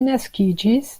naskiĝis